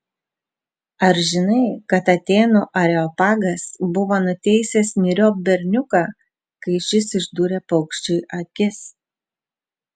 ar žinai kad atėnų areopagas buvo nuteisęs myriop berniuką kai šis išdūrė paukščiui akis